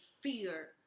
fear